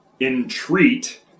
entreat